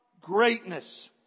greatness